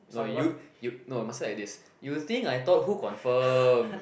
no you you no must like this you think I thought who confirm